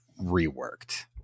reworked